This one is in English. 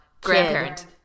Grandparent